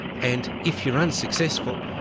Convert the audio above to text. and if you're unsuccessful,